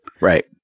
Right